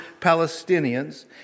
Palestinians